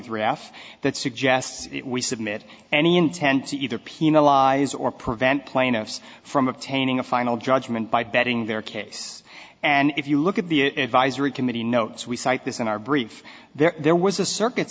three off that suggests that we submit any intent to either penalize or prevent plaintiffs from obtaining a final judgment by betting their case and if you look at the advisory committee notes we cite this in our brief there was a circuit